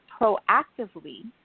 proactively